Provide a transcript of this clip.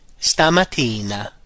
stamattina